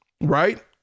Right